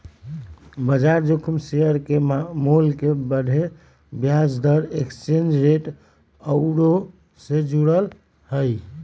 बजार जोखिम शेयर के मोल के बढ़े, ब्याज दर, एक्सचेंज रेट आउरो से जुड़ल हइ